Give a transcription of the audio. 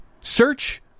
search